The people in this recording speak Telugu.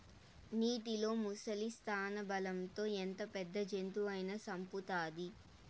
నీటిలో ముసలి స్థానబలం తో ఎంత పెద్ద జంతువునైనా సంపుతాది